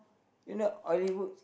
you know oily foods